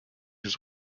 his